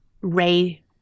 Ray